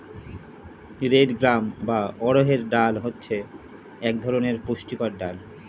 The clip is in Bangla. রেড গ্রাম বা অড়হর ডাল হচ্ছে এক ধরনের পুষ্টিকর ডাল